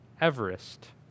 Everest